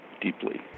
deeply